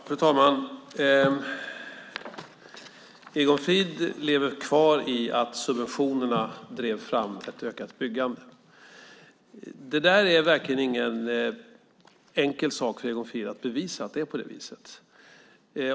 Fru talman! Egon Frid lever kvar i att subventionerna drev fram ett ökat byggande. Det är verkligen ingen enkel sak för Egon Frid att bevisa att det är på det viset.